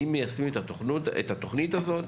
אם מיישמים את התוכנית הזאת,